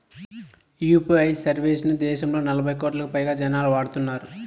UPI service ను దేశంలో నలభై కోట్లకు పైగా జనాలు వాడుతున్నారు